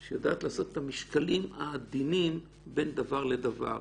היא יודעת לעשות את המשקלים העדינים בין דבר לדבר.